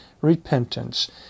repentance